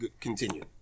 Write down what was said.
continue